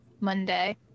monday